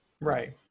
Right